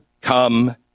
come